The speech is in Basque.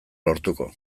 lortuko